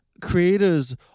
Creators